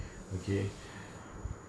okay